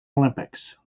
olympics